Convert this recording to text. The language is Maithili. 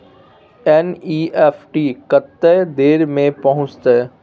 एन.ई.एफ.टी कत्ते देर में पहुंचतै?